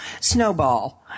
snowball